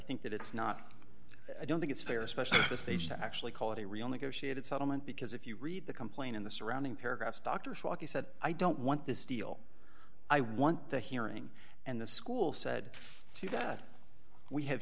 think that it's not i don't think it's fair especially the stage to actually call it a real negotiated settlement because if you read the complaint in the surrounding paragraphs dr shockey said i don't want this deal i want the hearing and the school said to that we have